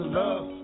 love